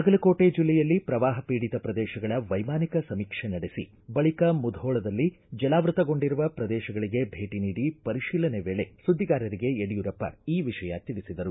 ಬಾಗಲಕೋಟೆ ಜಿಲ್ಲೆಯಲ್ಲಿ ಪ್ರವಾಪ ಪೀಡಿತ ಪ್ರದೇಶಗಳ ವೈಮಾನಿಕ ಸಮೀಕ್ಷೆ ನಡೆಸಿ ಬಳಿಕ ಮುಧೋಳದಲ್ಲಿ ಜಲಾವೃತಗೊಂಡಿರುವ ಪ್ರದೇಶಗಳಿಗೆ ಭೇಟಿ ನೀಡಿ ಪರಿಶೀಲನೆ ವೇಳೆ ಸುದ್ದಿಗಾರರಿಗೆ ಯಡಿಯೂರಪ್ಪ ಈ ವಿಷಯ ತಿಳಿಸಿದರು